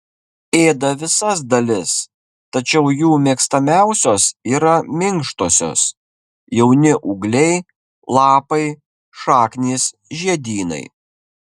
ėda visas dalis tačiau jų mėgstamiausios yra minkštosios jauni ūgliai lapai šaknys žiedynai